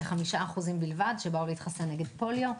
כ-5% בלבד שבאו להתחסן נגד פוליו,